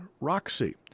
Roxy